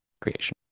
creation